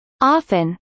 Often